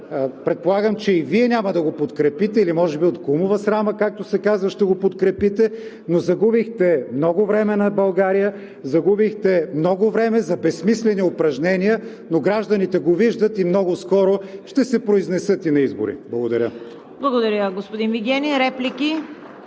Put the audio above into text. Предполагам, че и Вие няма да го подкрепите или може би от кумова срама, както се казва, ще го подкрепите, но загубихте много време на България, загубихте много време за безсмислени упражнения. Но гражданите го виждат и много скоро ще се произнесат на изборите. Благодаря. (Ръкопляскания от